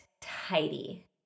tidy